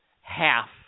half